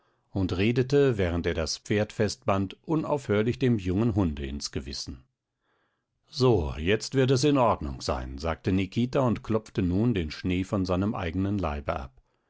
und redete während er das pferd festband unaufhörlich dem jungen hunde ins gewissen so jetzt wird es in ordnung sein sagte nikita und klopfte nun den schnee von seinem eigenen leibe ab